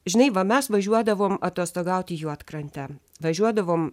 žinai va mes važiuodavom atostogaut į juodkrantę važiuodavom